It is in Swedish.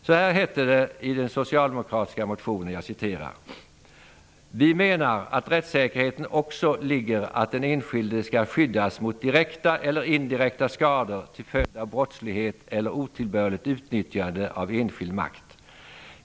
Så här heter det i den socialdemokratiska motionen: ''Vi menar att i rättssäkerheten också ligger att den enskilde skall skyddas mot direkta eller indirekta skador till följd av brottslighet eller otillbörligt utnyttjande av enskild makt.